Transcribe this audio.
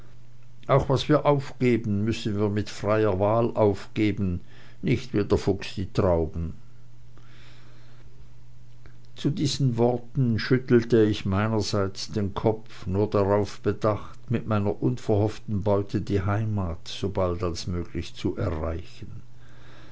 auch was wir aufgeben müssen wir mit freier wahl aufgeben nicht wie der fuchs die trauben zu diesen worten schüttelte ich meinerseits den kopf nur darauf bedacht mit meiner unverhofften beute die heimat so bald als möglich zu erreichen